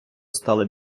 стали